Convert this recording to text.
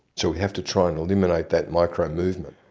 so we have to try and eliminate that micro-movement.